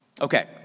Okay